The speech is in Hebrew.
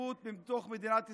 יציבות בתוך מדינת ישראל,